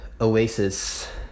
oasis